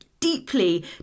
deeply